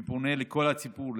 ופונה לכל הציבור,